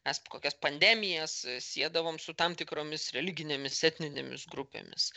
mes kokias pandemijas siedavom su tam tikromis religinėmis etninėmis grupėmis